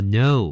no